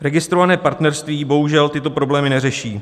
Registrované partnerství bohužel tyto problémy neřeší.